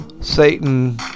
Satan